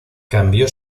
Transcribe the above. cambió